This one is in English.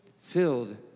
filled